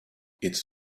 its